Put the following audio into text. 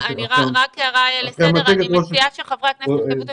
רק הערה לסדר: אני מציעה שחברי הכנסת יכתבו את